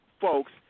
folks